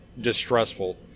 distressful